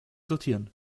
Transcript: sortieren